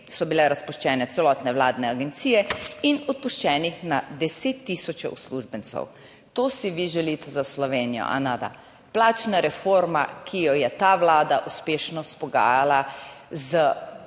so bile razpuščene celotne vladne agencije in odpuščenih na deset tisoče uslužbencev. To si vi želite za Slovenijo, kajneda? Plačna reforma, ki jo je ta vlada uspešno izpogajala z